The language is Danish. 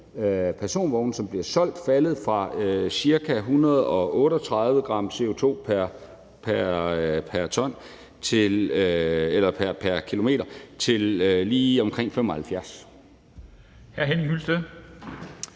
personbiler, der bliver solgt, faldet fra ca. 138 g CO2 pr. kilometer til lige omkring 75